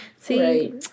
See